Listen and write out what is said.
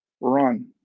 run